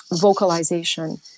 vocalization